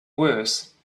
worse